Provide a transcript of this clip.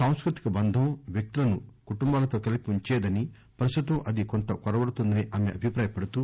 సాంస్కృతిక బంధం వ్యక్తులను కుటుంబాలతో కలిపి ఉంచేదని ప్రస్తుతం అది కొంత కొరవడుతోందని ఆమె అభిప్రాయపడ్లారు